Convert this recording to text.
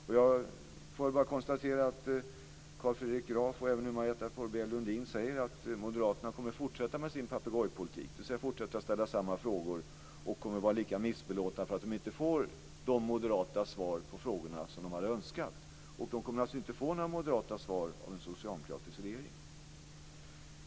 Jag får bara konstatera att Carl Fredrik Graf och även Marietta de Pourbaix-Lundin säger att Moderaterna kommer att fortsätta med sin papegojpolitik, dvs. fortsätta att ställa samma frågor och vara lika missbelåtna för att de inte får de moderata svar på frågorna som de hade önskat. De kommer naturligtvis inte att få några moderata svar av en socialdemokratisk regering.